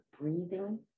breathing